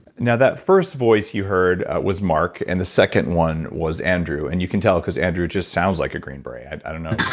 now that first voice you heard was mark and the second one was andrew. and you can tell because andrew just sounds like a green beret, i don't know,